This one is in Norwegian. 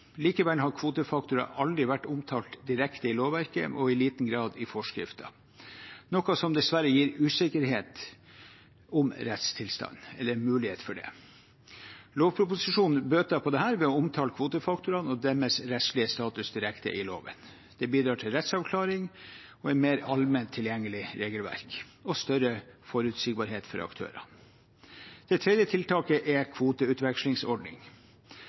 Likevel har kvotefaktorer aldri vært omtalt direkte i lovverket og i liten grad i forskrifter, noe som dessverre gir mulighet for usikkerhet om rettstilstanden. Lovproposisjonen bøter på dette ved å omtale kvotefaktorene og deres rettslige status direkte i loven. Dette bidrar til rettsavklaring og et mer allment tilgjengelig regelverk og til større forutsigbarhet for aktørene. Det tredje tiltaket er